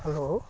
hello